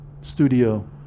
studio